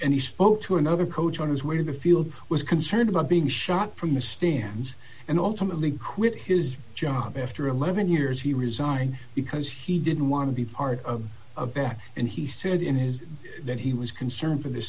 and he spoke to another coach on his way to the field was concerned about being shot from the stands and ultimately quit his job after eleven years he resigned because he didn't want to be part of back and he said in his that he was concerned for the